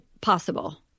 possible